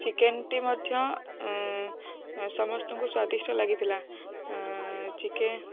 ଚିକେନଟି ମଧ୍ୟ ସମସ୍ତଙ୍କୁ ସ୍ୱାଦିଷ୍ଟ ଲାଗିଥିଲା ଚିକେନ